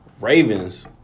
Ravens